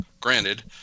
Granted